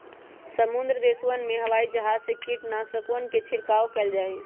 समृद्ध देशवन में हवाई जहाज से कीटनाशकवन के छिड़काव कइल जाहई